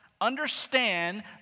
Understand